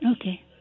Okay